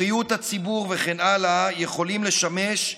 בריאות הציבור וכן הלאה יכולים לשמש,